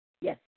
Yes